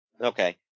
Okay